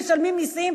משלמים מסים,